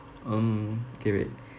um kay wait